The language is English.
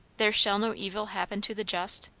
there shall no evil happen to the just?